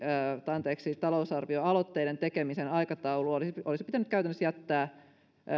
talousarvioaloitteiden tekemisen aikataulu olisi pitänyt käytännössä jättää